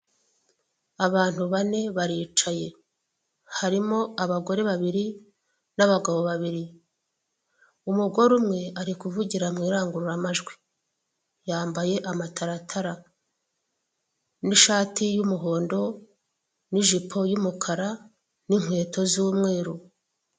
Abantu bane baricaye harimo abagore babiri n'abagabo babiri umugore umwe ari kuvugira mu ndangururamajwi yambaye amataratara n'ishati y'umuhondo n'ijipo y'umukara n'inkweto z'umweru.